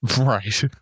right